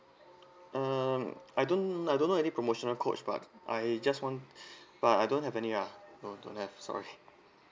um I don't I don't know any promotional codes but I just want but I don't have any ah mm don't have sorry